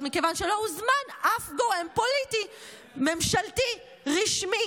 מכיוון שלא הוזמן אף גורם פוליטי ממשלתי רשמי